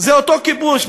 זה אותו כיבוש.